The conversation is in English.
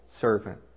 servant